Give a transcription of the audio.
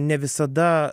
ne visada